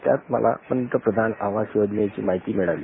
त्यात मला पंतप्रधान आवास योजनेची माहिती मिळाली